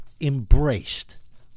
embraced